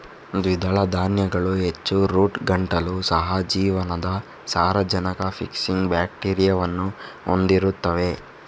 ದ್ವಿದಳ ಧಾನ್ಯಗಳು ಹೆಚ್ಚು ರೂಟ್ ಗಂಟುಗಳು, ಸಹ ಜೀವನದ ಸಾರಜನಕ ಫಿಕ್ಸಿಂಗ್ ಬ್ಯಾಕ್ಟೀರಿಯಾವನ್ನು ಹೊಂದಿರುತ್ತವೆ